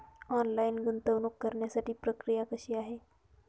Online गुंतवणूक करण्यासाठी प्रक्रिया कशी आहे?